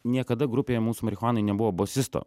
niekada grupėje mūsų marihuanoj nebuvo bosisto